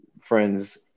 friends